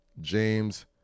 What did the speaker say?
James